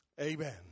Amen